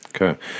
Okay